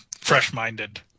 fresh-minded